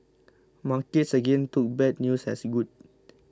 markets again took bad news as good